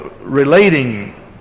relating